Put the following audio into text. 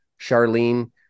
Charlene